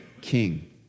king